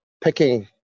picking